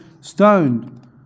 stoned